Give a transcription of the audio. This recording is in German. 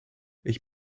ich